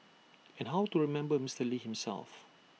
and how to remember Mister lee himself